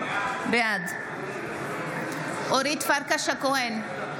בעד אורית פרקש הכהן,